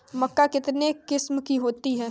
मक्का कितने किस्म की होती है?